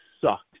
sucked